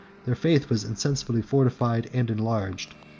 their faith was insensibly fortified and enlarged,